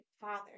father